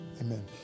amen